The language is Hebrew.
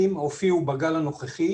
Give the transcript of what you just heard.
פרופסור נחמן אש, בבקשה.